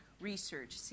Research